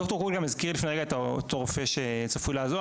ד"ר קוגל גם הזכיר לפני רגע את הרופא שצפוי לעזוב,